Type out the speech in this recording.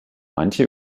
manche